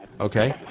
Okay